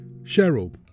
Cheryl